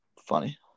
funny